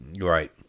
right